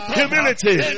humility